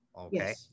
Okay